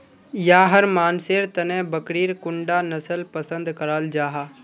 याहर मानसेर तने बकरीर कुंडा नसल पसंद कराल जाहा?